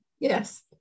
yes